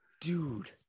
Dude